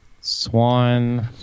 Swan